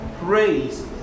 praise